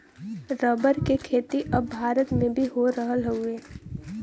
rubber के खेती अब भारत में भी हो रहल हउवे